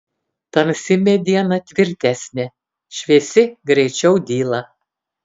tamsi mediena tvirtesnė šviesi greičiau dyla